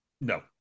No